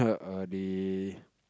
are they